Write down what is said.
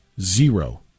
zero